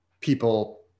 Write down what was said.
people